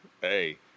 Hey